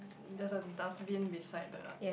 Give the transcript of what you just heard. there is a dustbin beside the